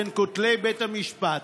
בין כותלי בית המשפט,